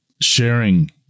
sharing